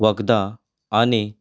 वखदां आनी